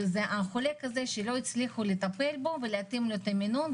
חולה כזה שלא הצליחו לטפל בו ולהתאים את המינון,